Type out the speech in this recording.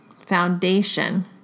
foundation